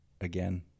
again